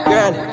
Girl